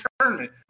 tournament